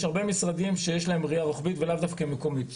יש הרבה משרדים שיש להם ראייה רוחבית ולאו דווקא מקומית.